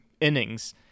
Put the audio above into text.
innings